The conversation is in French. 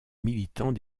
militant